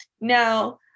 now